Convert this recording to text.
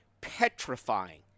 petrifying